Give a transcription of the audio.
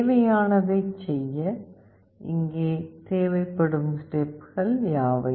தேவையானதைச் செய்ய இங்கே தேவையான ஸ்டெப்கள் யாவை